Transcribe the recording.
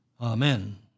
Amen